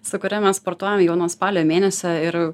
su kuria mes sportuojam jau nuo spalio mėnesio ir